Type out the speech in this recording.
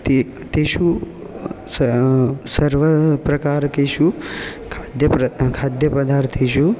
ते तेषु सर्वप्रकारकेषु खाद्यप्र खाद्यपदार्थेषु